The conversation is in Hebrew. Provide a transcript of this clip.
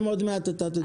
עוד מעט אתה תדבר.